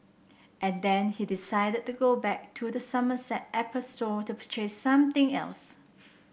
and then he decided to go back to the Somerset Apple Store to purchase something else